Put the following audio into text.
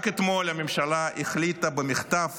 רק אתמול הממשלה החליטה במכתב